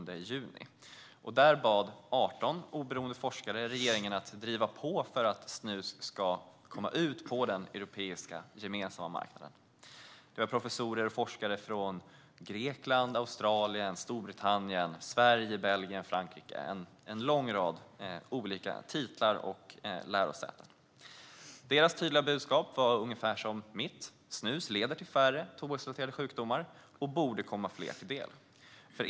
Där bad 18 oberoende forskare regeringen att driva på för att snus ska komma ut på den europeiska gemensamma marknaden. Det var professorer och forskare från Grekland, Australien, Storbritannien, Sverige, Belgien och Frankrike - en lång rad titlar från olika lärosäten. Deras tydliga budskap var ungefär som mitt: Snus leder till färre tobaksrelaterade sjukdomar och borde komma fler till del.